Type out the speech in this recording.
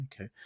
okay